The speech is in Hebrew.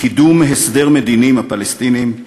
קידום הסדר מדיני עם הפלסטינים,